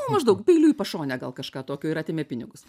nu maždaug peiliu į pašonę gal kažką tokio ir atėmė pinigus